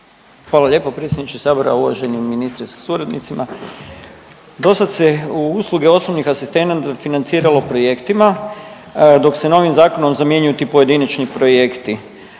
Hvala lijepo predsjedniče sabora. Uvaženi ministre sa suradnicima, dosad se u usluge osobnih asistenata financiralo projektima dok se novim zakonom zamjenjuju ti pojedinačni projekti.